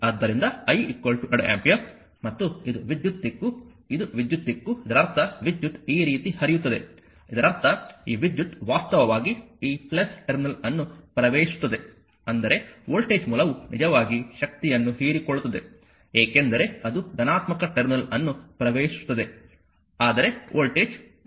ಆದ್ದರಿಂದ I 2 ampere ಮತ್ತು ಇದು ವಿದ್ಯುತ್ ದಿಕ್ಕು ಇದು ವಿದ್ಯುತ್ ದಿಕ್ಕು ಇದರರ್ಥ ವಿದ್ಯುತ್ ಈ ರೀತಿ ಹರಿಯುತ್ತದೆ ಇದರರ್ಥ ಈ ವಿದ್ಯುತ್ ವಾಸ್ತವವಾಗಿ ಈ ಟರ್ಮಿನಲ್ ಅನ್ನು ಪ್ರವೇಶಿಸುತ್ತದೆ ಅಂದರೆ ವೋಲ್ಟೇಜ್ ಮೂಲವು ನಿಜವಾಗಿ ಶಕ್ತಿಯನ್ನು ಹೀರಿಕೊಳ್ಳುತ್ತದೆ ಏಕೆಂದರೆ ಅದು ಧನಾತ್ಮಕ ಟರ್ಮಿನಲ್ ಅನ್ನು ಪ್ರವೇಶಿಸುತ್ತದೆ ಆದರೆ ವೋಲ್ಟೇಜ್ 1 ವೋಲ್ಟ್ ಆಗಿದೆ